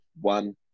one